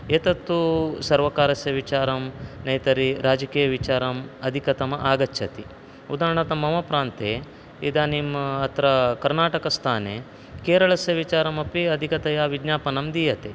एतत्तु सर्वकारस्य विचारं नेतरि राजकीयविचारम् अधिकतमः आगच्छति उदाहरणार्थं मम प्रान्ते इदानीं अत्र कर्नाटकस्थाने केरलस्य विचारमपि अधिकतया विज्ञापनं दीयते